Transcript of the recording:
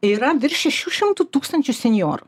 yra virš šešių šimtų tūkstančių senjorų